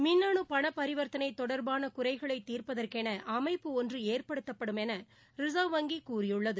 மின்னணு பணப் பரிவர்தனை தொடர்பான குறைகளை தீர்ப்பதற்கு என அமைப்பு ஒன்றை ஏற்படுத்தப்படும் என்று ரிசர்வ் வங்கி கூறியுள்ளது